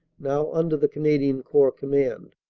now under the canadian corps command.